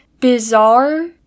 bizarre